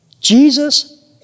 Jesus